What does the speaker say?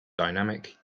dynamic